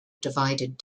divided